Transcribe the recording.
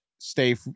Stay